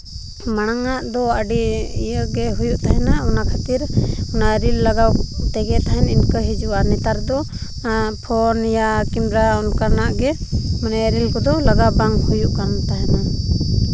ᱢᱟᱲᱟᱝ ᱟᱜ ᱫᱚ ᱟᱹᱰᱤ ᱤᱭᱟᱹ ᱜᱮ ᱦᱩᱭᱩᱜ ᱛᱟᱦᱮᱱᱟ ᱚᱱᱟ ᱠᱷᱟᱹᱛᱤᱨ ᱚᱱᱟ ᱨᱤᱞ ᱞᱟᱜᱟᱣ ᱛᱮᱜᱮ ᱛᱟᱦᱮᱱ ᱤᱱᱠᱟᱹ ᱦᱤᱡᱩᱜᱼᱟ ᱟᱨ ᱱᱮᱛᱟᱨ ᱫᱚ ᱯᱷᱳᱱ ᱨᱮᱭᱟᱜ ᱠᱮᱢᱨᱟ ᱚᱱᱠᱟᱱᱟᱜ ᱜᱮ ᱢᱟᱱᱮ ᱨᱤᱞ ᱠᱚᱫᱚ ᱞᱟᱜᱟᱣ ᱵᱟᱝ ᱦᱩᱭᱜ ᱠᱟᱱ ᱛᱟᱦᱮᱱᱟ